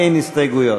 אין הסתייגויות.